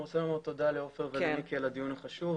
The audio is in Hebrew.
אני רוצה לומר תודה לעופר ולמיקי על הדיון החשוב,